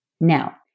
Now